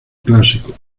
clásico